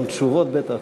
גם התשובות בטח.